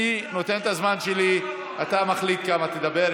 אני נותן את הזמן שלי, אתה מחליט כמה תדבר.